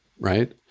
Right